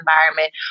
environment